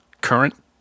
current